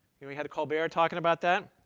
we had colbert talking about that.